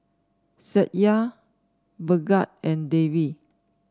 Satya Bhagat and Devi